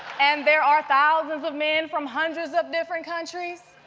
and there are thousands of men from hundreds of different countries,